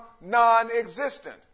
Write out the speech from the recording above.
non-existent